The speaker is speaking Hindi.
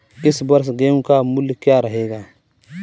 इस वर्ष गेहूँ का मूल्य क्या रहेगा?